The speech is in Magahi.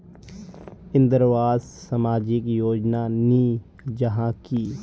इंदरावास सामाजिक योजना नी जाहा की?